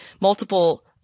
multiple